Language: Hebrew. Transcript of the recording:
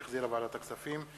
שהחזירה ועדת הכספים,